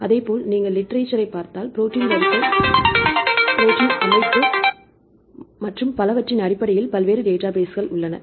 அதேபோல் நீங்கள் லிட்ரேசரைப் பார்த்தால் ப்ரோடீன் வரிசை ப்ரோடீன் அமைப்பு மற்றும் தெர்மோ டயனமிக்ஸ் நோய்கள் மற்றும் இலக்கியம் மற்றும் பலவற்றின் அடிப்படையில் பல்வேறு டேட்டாபேஸ் உள்ளன